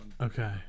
Okay